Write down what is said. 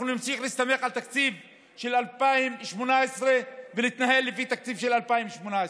אנחנו נמשיך להסתמך על תקציב של 2018 ולהתנהל לפי התקציב של 2018,